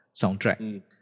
soundtrack